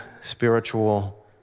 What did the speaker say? spiritual